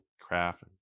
Craft